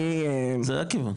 זה הכיוון.